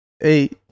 eight